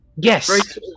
yes